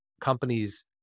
companies